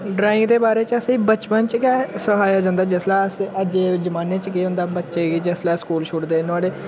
drawing दे बारे च असेंगी बचपन च गै सखाया जंदा ऐ जिसलै अस अज्जै दे जमानै च केह् होंदा ऐ बच्चे गी जिसलै स्कूल छूडदे नोहाड़े